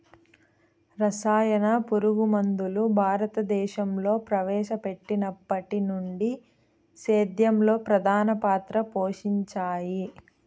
రసాయన పురుగుమందులు భారతదేశంలో ప్రవేశపెట్టినప్పటి నుండి సేద్యంలో ప్రధాన పాత్ర పోషించాయి